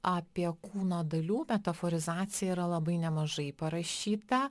apie kūno dalių metaforizaciją yra labai nemažai parašyta